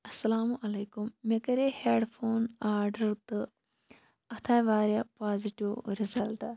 اَسلامُ علیکُم مےٚ کَرے ہٮ۪ڈ فون آرڈَر تہٕ اَتھ آے واریاہ پازِٹِو رِزَلٹ